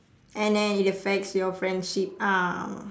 and then it affects your friendship ah